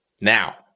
Now